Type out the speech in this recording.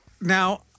now